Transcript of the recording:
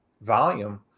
volume